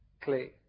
clay